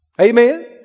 Amen